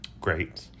Great